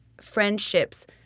friendships